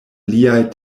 liaj